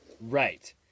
Right